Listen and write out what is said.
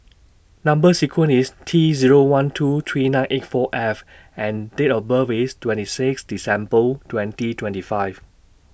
Number sequence IS T Zero one two three nine eight four F and Date of birth IS twenty six December twenty twenty five